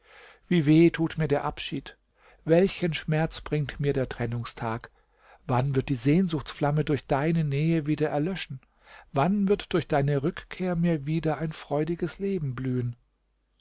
wie weh tut mir der abschied welchen schmerz bringt mir der trennungstag wann wird die sehnsuchtsflamme durch deine nähe wieder erlöschen wann wird durch deine rückkehr mir wieder ein freudiges leben blühen